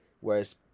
Whereas